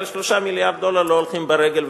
אבל 3 מיליארד דולר לא הולכים ברגל,